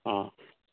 ꯑꯥ